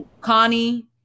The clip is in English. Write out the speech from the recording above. Connie